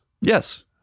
yes